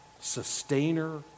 sustainer